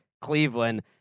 Cleveland